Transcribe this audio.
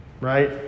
right